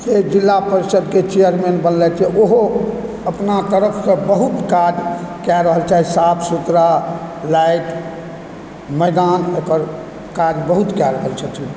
से जिला परिषदके चेयरमेन बनलथि हँ ओहो अपनातरफसँ बहुत काज कए रहल छथि साफसुथरा लाइट मैदान एकर काज बहुत कए रहल छथिन